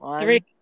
Three